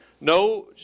no